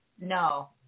No